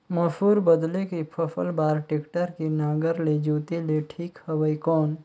मसूर बदले के फसल बार टेक्टर के नागर ले जोते ले ठीक हवय कौन?